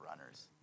runners